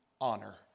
honor